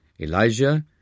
Elijah